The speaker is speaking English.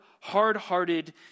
hard-hearted